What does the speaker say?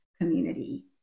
community